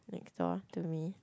next door to me